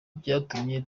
byatumye